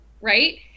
right